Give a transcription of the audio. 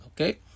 Okay